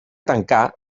tancà